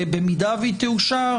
במידה והיא תאושר,